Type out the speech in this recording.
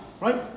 right